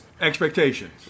Expectations